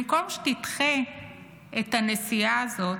במקום שתדחה את הנסיעה הזאת,